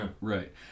Right